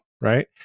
right